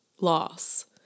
loss